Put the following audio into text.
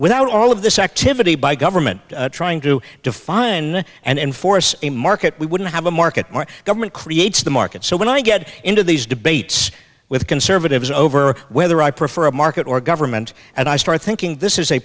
without all of this activity by government trying to define and enforce a market we wouldn't have a market more government creates the market so when i get into these debates with conservatives over whether i prefer a market or government and i start thinking this is a